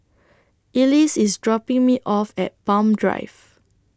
Elease IS dropping Me off At Palm Drive